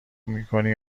میکنی